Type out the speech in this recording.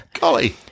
Golly